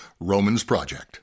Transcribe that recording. RomansProject